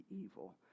evil